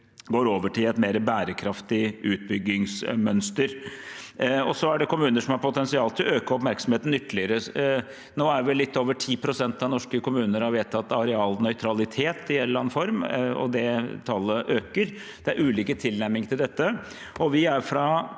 går over til et mer bærekraftig utbyggingsmønster. Det er også kommuner som har potensial til å øke oppmerksomheten ytterligere. Nå er det vel litt over 10 pst. av norske kommuner som har vedtatt arealnøytralitet i en eller annen form, og det tallet øker. Det er ulike tilnærminger til dette. Fra